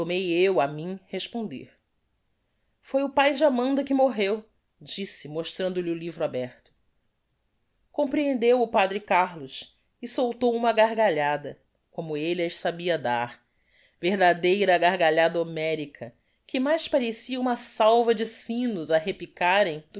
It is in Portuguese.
tomei eu á mim responder foi o páe de amanda que morreu disse mostrando-lhe o livro aberto comprehendeu o padre carlos e soltou uma gargalhada como elle as sabia dar verdadeira gargalhada homerica que mais parecia uma salva de sinos á repicarem